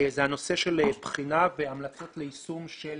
הנושא של בחינה והמלצות ליישום של